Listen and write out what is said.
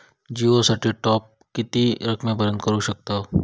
जिओ साठी टॉप किती रकमेपर्यंत करू शकतव?